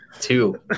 two